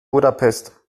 budapest